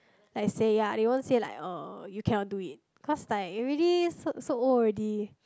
like say ya they won't say like oh you cannot do it cause like you already so so old already